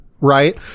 right